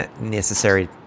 necessary